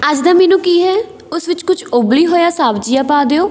ਅੱਜ ਦਾ ਮੀਨੂ ਕੀ ਹੈ ਉਸ ਵਿੱਚ ਕੁਛ ਉੱਬਲੀ ਹੋਈਆਂ ਸਬਜ਼ੀਆਂ ਪਾ ਦਿਓ